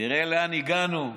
תראה לאן הגענו,